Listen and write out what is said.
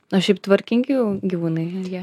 na šiaip tvarkingi gyvūnai jie